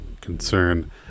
concern